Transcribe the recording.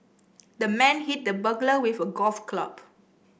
the man hit the burglar with a golf club